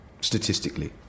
statistically